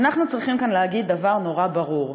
אנחנו צריכים להגיד כאן דבר נורא ברור: